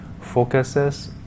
focuses